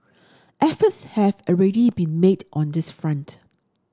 efforts have already been made on this front